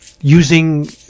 using